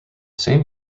same